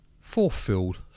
fulfilled